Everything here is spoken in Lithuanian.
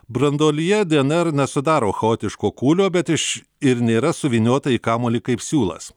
branduolyje dyener nesudaro chaotiško kūlio bet iš ir nėra suvyniota į kamuolį kaip siūlas